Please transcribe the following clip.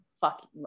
fuck